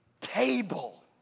table